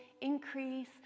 increase